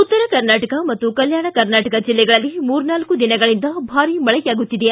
ಉತ್ತರ ಕರ್ನಾಟಕ ಮತ್ತು ಕಲ್ಕಾಣ ಕರ್ನಾಟಕದ ಜಿಲ್ಲೆಗಳಲ್ಲಿ ಮೂರ್ನಾಲ್ಕು ದಿನಗಳಿಂದ ಭಾರೀ ಮಳೆಯಾಗುತ್ತಿದೆ